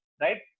right